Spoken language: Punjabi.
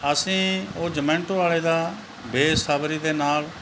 ਅਸੀਂ ਉਹ ਜਮੈਂਟੋ ਵਾਲੇ ਦਾ ਬੇਸਬਰੀ ਦੇ ਨਾਲ